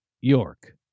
York